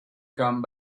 come